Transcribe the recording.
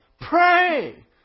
Pray